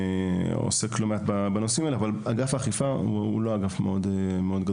אבל אגף האכיפה הוא לא מאוד גדול.